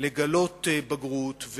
לגלות בגרות,